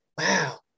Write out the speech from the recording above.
wow